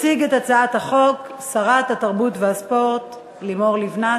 תציג את הצעת החוק שרת התרבות והספורט לימור לבנת.